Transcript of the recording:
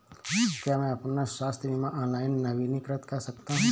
क्या मैं अपना स्वास्थ्य बीमा ऑनलाइन नवीनीकृत कर सकता हूँ?